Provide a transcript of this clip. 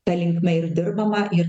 ta linkme ir dirbama ir